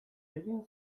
egin